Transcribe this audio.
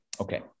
Okay